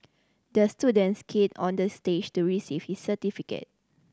the student skated on the stage to receive his certificate